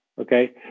okay